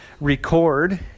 record